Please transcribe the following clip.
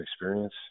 experience